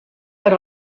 per